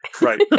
Right